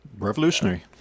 revolutionary